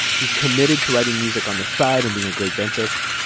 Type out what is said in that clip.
he's committed to writing music on the side and being a great dentist.